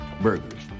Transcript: burgers